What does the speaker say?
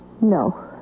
No